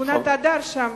שכונת הדר, שם